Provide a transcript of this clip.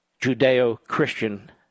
Judeo-Christian